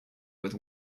with